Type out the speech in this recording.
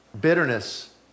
bitterness